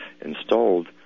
installed